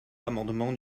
l’amendement